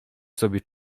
sobie